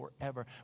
forever